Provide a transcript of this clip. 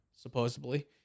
supposedly